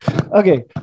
Okay